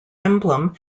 emblem